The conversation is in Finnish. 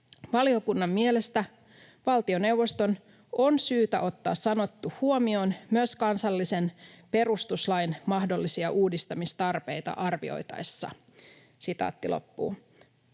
Valiokunnan mielestä valtioneuvoston on syytä ottaa sanottu huomioon myös kansallisen perustuslain mahdollisia uudistamistarpeita arvioitaessa.” On mielestäni